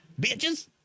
bitches